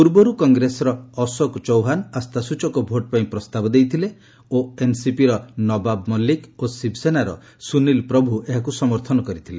ପୂର୍ବରୁ କଂଗ୍ରେସର ଅଶୋକ ଚୌହାନ୍ ଆସ୍ଥାସ୍ଟଚକ ଭୋଟ୍ ପାଇଁ ପ୍ରସ୍ତାବ ଦେଇଥିଲେ ଓ ଏନ୍ସିପିର ନବାବ ମଲ୍ଲିକ ଓ ଶିବସେନାର ସୁନୀଲ ପ୍ରଭ୍ ଏହାକୁ ସମର୍ଥନ କରିଥିଲେ